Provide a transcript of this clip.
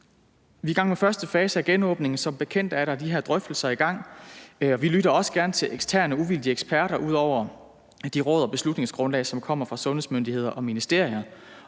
Vi er i gang med første fase af genåbningen, og som bekendt er der de her drøftelser i gang. Vi lytter også gerne til eksterne, uvildige eksperter ud over de råd og beslutningsgrundlag, som kommer fra sundhedsmyndigheder og ministerier.